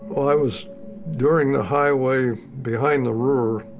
i was doing the highway behind the ruhr.